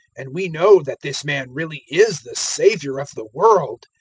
and we know that this man really is the saviour of the world.